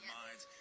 minds